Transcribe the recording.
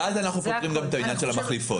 אז אנחנו פותרים גם את העניין של המחליפות.